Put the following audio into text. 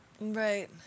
Right